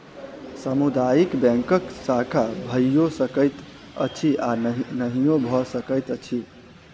सामुदायिक बैंकक शाखा भइयो सकैत अछि आ नहियो भ सकैत अछि